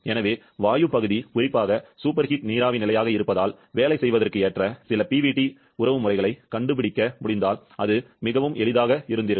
எனவே வாயு பகுதி குறிப்பாக சூப்பர்ஹீட் நீராவி நிலையாக இருப்பதால் வேலை செய்வதற்கு ஏற்ற சில PvT உறவைக் கண்டுபிடிக்க முடிந்தால் அது மிகவும் எளிதாக இருந்திருக்கும்